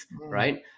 right